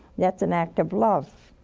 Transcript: that's an act of love.